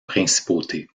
principauté